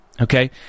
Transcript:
Okay